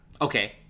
okay